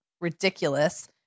ridiculous